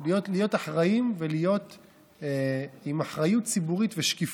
להיות עם אחריות ציבורית ושקיפות.